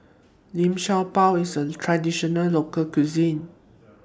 Liu Sha Bao IS A Traditional Local Cuisine